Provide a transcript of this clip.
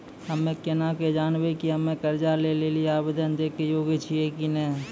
हम्मे केना के जानबै कि हम्मे कर्जा लै लेली आवेदन दै के योग्य छियै कि नै?